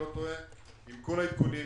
עם כל העדכונים,